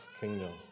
kingdom